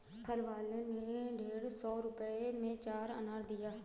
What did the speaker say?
फल वाले ने डेढ़ सौ रुपए में चार अनार दिया